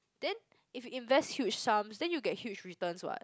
then if you invest huge sum then you get huge returns what